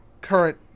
current